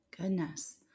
goodness